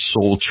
Soul